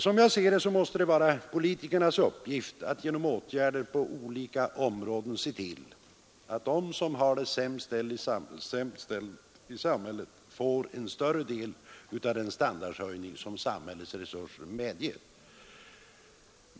Som jag ser saken måste det vara politikernas uppgift att genom åtgärder på olika områden se till att de som har det sämst ställt i samhället får en större del av den standardhöjning som samhällets resurser medger.